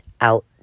out